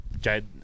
Jade